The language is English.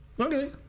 okay